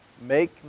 Make